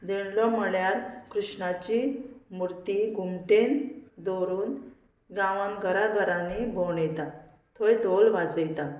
धेणलो म्हळ्यार कृष्णाची मुर्ती घुमटेन दवरून गांवान घरा घरांनी भोंवडयता थंय धोल वाजयता